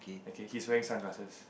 okay he's wearing sunglasses